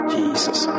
Jesus